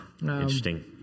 Interesting